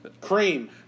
Cream